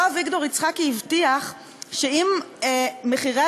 אותו אביגדור יצחקי הבטיח שאם מחירי